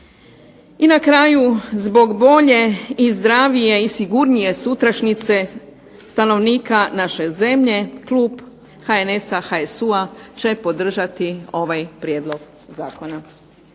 I na kraju, zbog bolje i zdravije i sigurnije sutrašnjice stanovnika naše zemlje klub HNS-HSU-a će podržati ovaj prijedlog zakona.